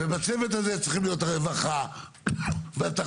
ובצוות הזה צריכים להיות הרווחה והתחבורה,